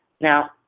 Now